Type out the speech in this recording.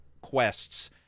quests